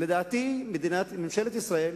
לדעתי, ממשלת ישראל